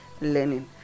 learning